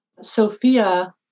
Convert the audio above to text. Sophia